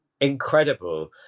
Incredible